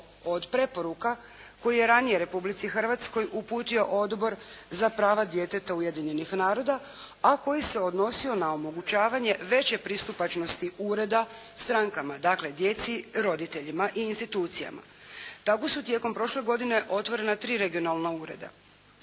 od preporuka koju je ranije Republici Hrvatskoj uputio Odbor za prava djeteta Ujedinjenih naroda, a koji se odnosio na omogućavanje veće pristupačnosti ureda strankama, dakle djeci, roditeljima i institucijama. Tako su tijekom prošle godine otvorena tri regionalna ureda.